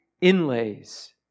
inlays